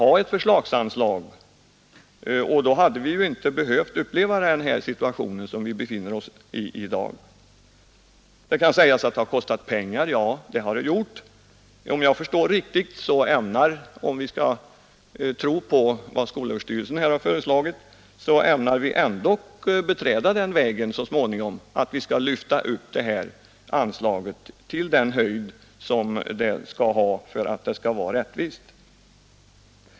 Med en sådan konstruktion hade vi inte behövt uppleva den situation som vi befinner oss i i dag. Det sägs att det skulle ha kostat pengar. Ja, det hade det gjort, men om jag förstått saken rätt och om vi skall tro på vad skolöverstyrelsen föreslagit, så ämnar vi ändock beträda den vägen så småningom att lyfta upp det här anslaget till den höjd som det skall ha för att det skall vara rättvist.